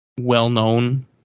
well-known